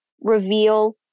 reveal